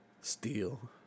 steal